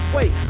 Wait